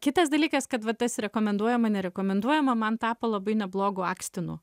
kitas dalykas kad va tas rekomenduojama nerekomenduojama man tapo labai neblogu akstinu